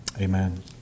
Amen